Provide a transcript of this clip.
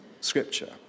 scripture